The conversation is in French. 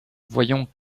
voyons